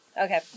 Okay